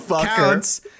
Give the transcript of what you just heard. counts